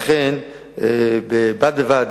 לכן, בד בבד